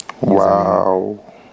wow